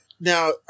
Now